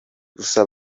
gusa